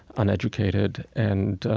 uneducated and, ah,